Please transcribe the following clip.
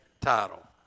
title